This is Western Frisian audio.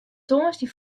tongersdei